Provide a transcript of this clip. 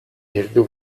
heldu